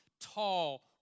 tall